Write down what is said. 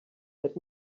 let